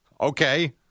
okay